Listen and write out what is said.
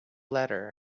letter